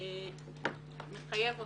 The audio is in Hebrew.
מחייב אותך,